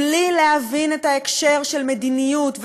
בלי להבין את ההקשר של מדיניות,